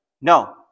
No